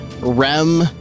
Rem